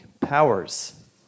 powers